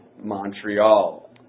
Montreal